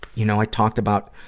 you know, i talked about